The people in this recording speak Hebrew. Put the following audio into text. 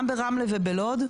גם ברמלה ובלוד,